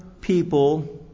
people